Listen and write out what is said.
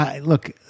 Look